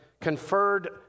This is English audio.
conferred